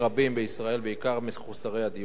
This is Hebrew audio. בעיקר מחוסרי הדיור הציבורי.